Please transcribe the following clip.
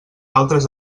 altres